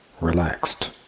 relaxed